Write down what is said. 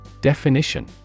Definition